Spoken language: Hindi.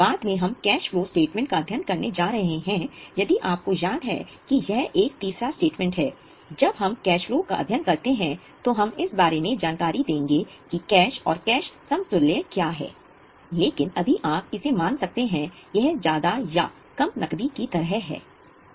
बाद में हम कैश फ्लो स्टेटमेंट का अध्ययन करने जा रहे हैं यदि आपको याद है कि यह एक तीसरा स्टेटमेंट है जब हम कैश फ्लो का अध्ययन करते हैं तो हम इस बारे में जानकारी देंगे कि कैश और कैश समतुल्य क्या है लेकिन अभी आप इसे मान सकते हैं यह ज्यादा या कम नकदी की तरह है